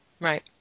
Right